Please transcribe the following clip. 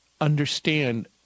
understand